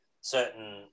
certain